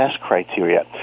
criteria